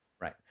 Right